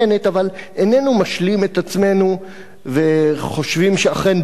אבל איננו משלים את עצמנו וחושבים שאכן בית-דין